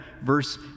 verse